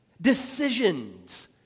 Decisions